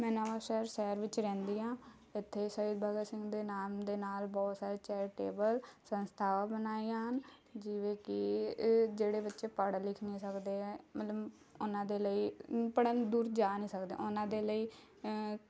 ਮੈਂ ਨਵਾਸ਼ਹਿਰ ਸਹਿਰ ਵਿੱਚ ਰਹਿੰਦੀ ਹਾਂ ਇੱਥੇ ਸ਼ਹੀਦ ਭਗਤ ਸਿੰਘ ਦੇ ਨਾਮ ਦੇ ਨਾਲ਼ ਬਹੁਤ ਸਾਰੇ ਚੈਰੀਟੇਬਲ ਸੰਸਥਾਵਾਂ ਬਣਾਈਆਂ ਹਨ ਜਿਵੇਂ ਕਿ ਇਹ ਜਿਹੜੇ ਬੱਚੇ ਪੜ੍ਹ ਲਿਖ ਨਹੀਂ ਸਕਦੇ ਹੈ ਮਤਲਬ ਉਹਨਾਂ ਦੇ ਲਈ ਪੜ੍ਹਨ ਦੂਰ ਜਾ ਨਹੀਂ ਸਕਦੇ ਉਹਨਾਂ ਦੇ ਲਈ